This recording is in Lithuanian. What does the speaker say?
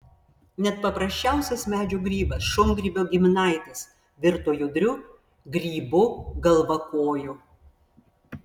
net paprasčiausias medžio grybas šungrybio giminaitis virto judriu grybu galvakoju